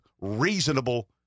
reasonable